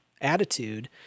attitude